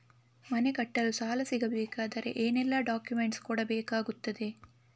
ಮನೆ ಕಟ್ಟಲು ಸಾಲ ಸಿಗಬೇಕಾದರೆ ಏನೆಲ್ಲಾ ಡಾಕ್ಯುಮೆಂಟ್ಸ್ ಕೊಡಬೇಕಾಗುತ್ತದೆ?